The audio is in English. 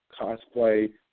cosplay